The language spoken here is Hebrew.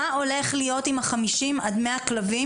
מה הולך להיות עם אותם 50 עד 100 כלבים